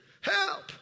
Help